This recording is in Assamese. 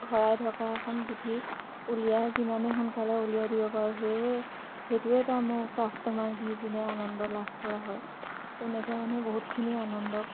শৰাই ঢকা এখন গোঁঠি উলিয়াই যিমানে সোনকালে উলিয়াই দিব পাৰোঁ সেয়ে সেইটো এটা মোৰ কাষ্টমাৰক দি পিনি আনন্দ লাভ কৰা হয় তেনেকৈ মানে বহুতখিনি আনন্দ